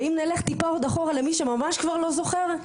ואם נלך טיפה עוד אחורה למי שממש כבר לא זוכר,